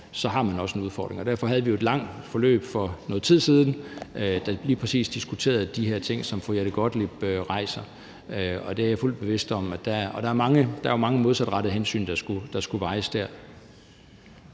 Så har man også en udfordring, og derfor havde vi et langt forløb for noget tid siden, hvor vi lige præcis diskuterede de her ting, som fru Jette Gottlieb rejser. Og det er jeg fuldt bevidst om, og der var mange modsatrettede hensyn, der skulle vejes der.